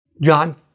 John